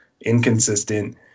inconsistent